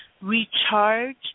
Recharge